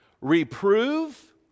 Reprove